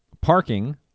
parking